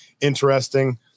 interesting